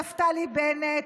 נפתלי בנט,